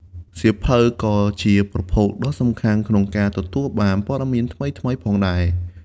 សៀវភៅក៏ជាប្រភពដ៏សំខាន់ក្នុងការទទួលបាន ព័ត៌មានថ្មីៗ ផងដែរ។